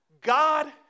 God